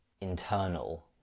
internal